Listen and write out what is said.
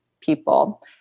people